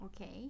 Okay